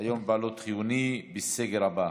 היום כמפעל חיוני בסגר הבא,